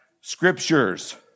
Scriptures